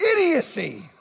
Idiocy